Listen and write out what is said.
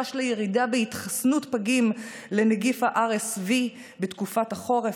חשש לירידה בהתחסנות פגים לנגיף ה-RSV בתקופת החורף,